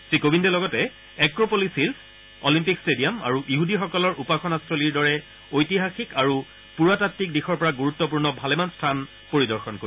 শ্ৰীকোবিন্দে লগতে Acropolis hills Olympic stadium আৰু ইহুদিসকলৰ উপাসনা স্থলিৰ দৰে ঐতিহাসিক আৰু পুৰাতাত্বিক দিশৰ পৰা গুৰুত্পূৰ্ণ ভালেমান স্থান পৰিদৰ্শন কৰিব